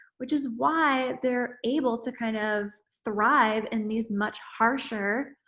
which is why they're able to kind of thrive in these much harsher,